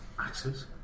axes